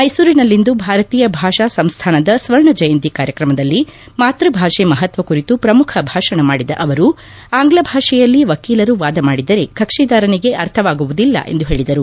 ಮೈಸೂರಿನಲ್ಲಿಂದು ಭಾರತೀಯ ಭಾಷಾ ಸಂಸ್ಥಾನದ ಸ್ವರ್ಣ ಜಯಂತಿ ಕಾರ್ಯಕ್ರಮದಲ್ಲಿ ಮಾತ್ಯ ಭಾಷೆ ಮಹತ್ವ ಕುರಿತು ಪ್ರಮುಖ ಭಾಷಣ ಮಾಡಿದ ಅವರು ಆಂಗ್ಲ ಭಾಷೆಯಲ್ಲಿ ವಕೀಲರು ವಾದ ಮಾಡಿದರೆ ಕಕ್ಷಿದಾರನಿಗೆ ಅರ್ಥವಾಗುವುದಿಲ್ಲ ಎಂದು ಹೇಳಿದರು